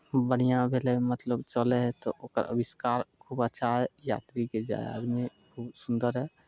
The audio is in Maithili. बढ़िआँ भेलै मतलब चलै हइ तऽ ओकर आविष्कार खूब अच्छा हइ यात्रीकेँ जाय आबयमे बहुत सुन्दर हइ